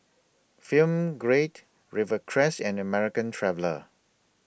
Film Grade Rivercrest and American Traveller